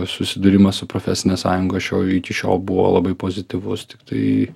susidūrimas su profesine sąjunga šio iki šiol buvo labai pozityvus tiktai